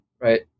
right